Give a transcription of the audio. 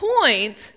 point